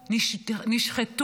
נשחטו,